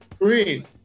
green